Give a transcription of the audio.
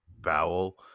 bowel